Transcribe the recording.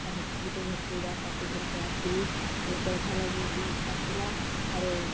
ଆର୍ ହେତ୍କେ ଗୁଟେ ଘର୍କେ ଇଟା ଶାଶୁ ଘର୍ କେ ଆସ୍ନି ହେଲେ ପଢ଼୍ବା ଲାଗି ବି ଇଚ୍ଛା ଥିଲା ଆରୁ